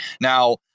Now